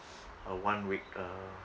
a one week uh